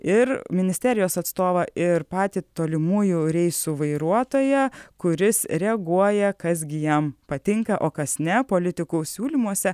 ir ministerijos atstovą ir patį tolimųjų reisų vairuotoją kuris reaguoja kas gi jam patinka o kas ne politikų siūlymuose